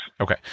Okay